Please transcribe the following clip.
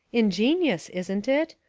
ingenious, isn't it?